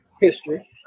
history